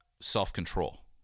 self-control